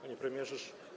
Panie Premierze!